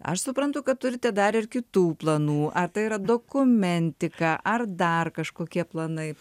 aš suprantu kad turite dar ir kitų planų ar tai yra dokumentika ar dar kažkokie planai